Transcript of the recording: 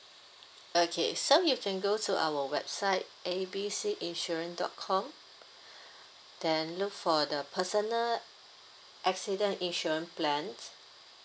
okay so you can go to our website A B C insurance dot com then look for the personal accident insurance plan